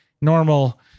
normal